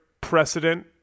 precedent